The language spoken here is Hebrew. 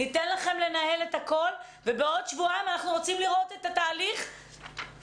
ניתן לכם לנהל את הכול ובעוד שבועיים אנחנו רוצים לראות את התהליך מואץ.